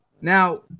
Now